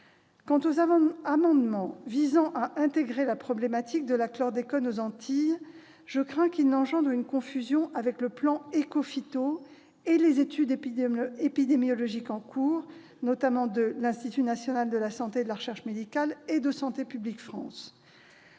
Quant aux amendements visant à intégrer la problématique du chlordécone aux Antilles, je crains qu'ils n'engendrent une confusion avec le plan Écophyto ... C'est un échec !... et les études épidémiologiques en cours de l'Institut national de la santé et de la recherche médicale et de Santé publique France.